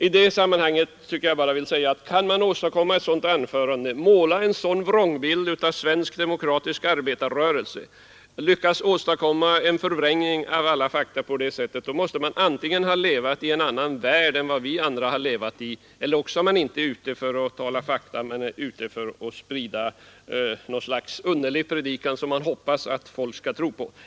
I det sammanhanget vill jag bara säga att kan man åstadkomma ett sådant anförande, måla en sådan vrångbild av svensk demokratisk arbetarrörelse, åstadkomma en förvrängning av alla fakta på det sättet, då har man antingen levat i en annan värld än vad vi andra har levat i eller också är man inte ute för att tala fakta utan för att sprida något slags underlig predikan, som man hoppats att folk skall tro på.